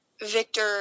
Victor